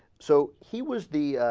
so he was the